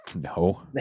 No